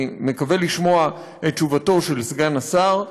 אני מקווה לשמוע את תשובתו של סגן השר,